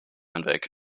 hinweg